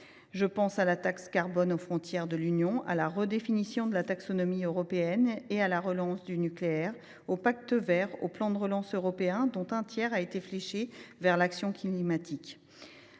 Je pense à la taxe carbone aux frontières de l’Union européenne, à la redéfinition de la taxonomie européenne et à la relance du nucléaire, au Pacte vert, et au plan de relance européen dont un tiers a été fléché vers l’action climatique.